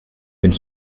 mit